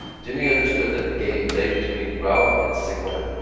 jimmy understood that the game lay between routh and segouin.